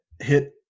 hit